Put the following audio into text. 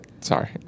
Sorry